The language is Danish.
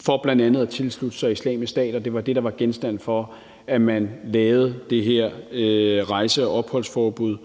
for bl.a. at tilslutte sig Islamisk Stat. Det var det, der var genstand for, at man lavede det her rejse- og opholdsforbud.